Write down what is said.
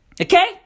Okay